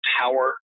power